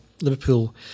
Liverpool